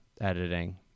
editing